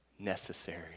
necessary